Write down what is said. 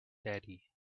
daddy